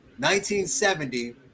1970